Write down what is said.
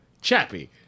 Chappy